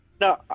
No